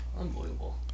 Unbelievable